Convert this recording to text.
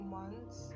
months